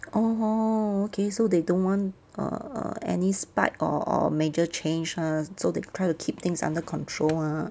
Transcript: orh okay so they don't want err err any spike or or major change lah so they try to keep things under control ah